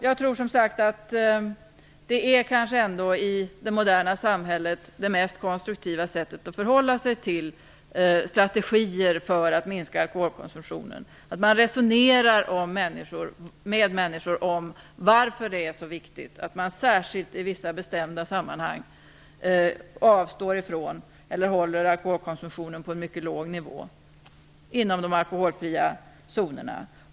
Jag tror som sagt att det kanske mest konstruktiva sättet i det moderna samhället att förhålla sig till strategier för att minska alkoholkonsumtionen är att man resonerar med människor om varför det är viktigt att särskilt i vissa bestämda sammanhang avstå ifrån alkohol eller hålla alkoholkonsumtionen på en mycket låg nivå inom de alkoholfria zonerna.